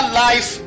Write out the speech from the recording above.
life